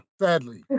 Sadly